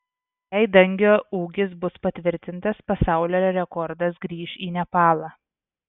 jei dangio ūgis bus patvirtintas pasaulio rekordas grįš į nepalą